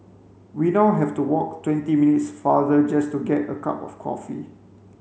we now have to walk twenty minutes farther just to get a cup of coffee